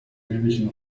ähnlichen